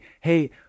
hey